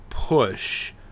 Push